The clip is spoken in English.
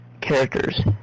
characters